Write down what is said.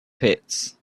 pits